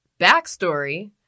backstory